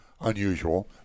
unusual